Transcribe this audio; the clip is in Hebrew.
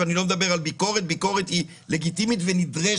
ואני לא מדבר על ביקורת שהיא תמיד לגיטימית ונדרשת.